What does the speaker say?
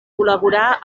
col·laborà